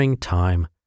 Time